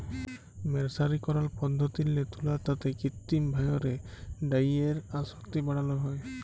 মের্সারিকরল পদ্ধতিল্লে তুলার তাঁতে কিত্তিম ভাঁয়রে ডাইয়ের আসক্তি বাড়ালো হ্যয়